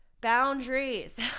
boundaries